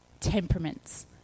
temperaments